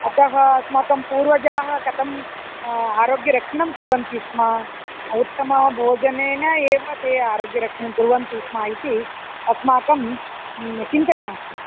अतः अस्माकं पूर्वजाः कथम् आरोग्यरक्षणं कुर्वन्ति स्म उत्तमभोजनेन एव ते आरोग्यरक्षणं कुर्वन्ति स्म इति अस्माकं चिन्तनमस्ति